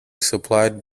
supplied